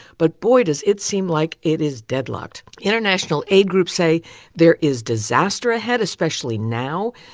but boy does it seem like it is deadlocked. international aid groups say there is disaster ahead, especially now.